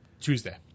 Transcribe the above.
Tuesday